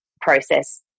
process